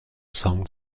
song